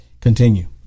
Continue